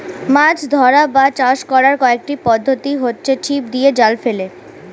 মাছ ধরা বা চাষ করার কয়েকটি পদ্ধতি হচ্ছে ছিপ দিয়ে, জাল ফেলে